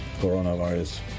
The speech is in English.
coronavirus